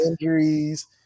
injuries